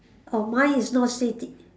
oh mine is not sitting